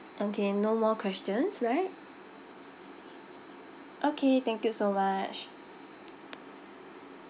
okay no more questions right okay thank you so much